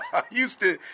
Houston